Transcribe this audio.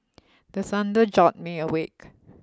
the thunder jolt me awake